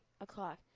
o'clock